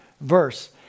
verse